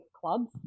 clubs